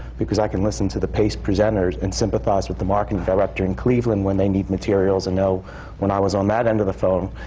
because i can listen to the pace presenters and sympathize with the marketing director up in cleveland, when they need materials, and know when i was on that end of the phone,